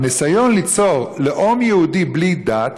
והניסיון ליצור לאום יהודי בלי דת